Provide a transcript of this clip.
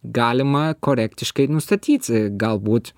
galima korektiškai nustatyti galbūt